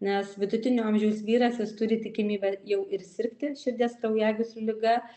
nes vidutinio amžiaus vyras jis turi tikimybę jau ir sirgti širdies kraujagyslių liga